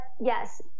yes